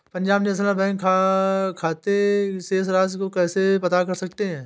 Punjab National Bank में खाते की शेष राशि को कैसे पता कर सकते हैं?